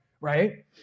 right